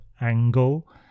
angle